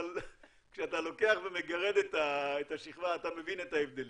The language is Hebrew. אבל כשאתה לוקח ומגרד את השכבה אתה מבין את ההבדלים.